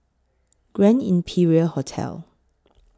Grand Imperial Hotel